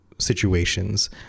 situations